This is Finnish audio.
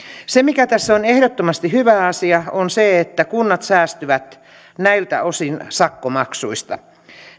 se mikä tässä on ehdottomasti hyvä asia on se että kunnat säästyvät näiltä osin sakkomaksuista